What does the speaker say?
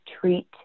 treat